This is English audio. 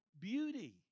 beauty